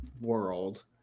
world